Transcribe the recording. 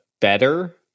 better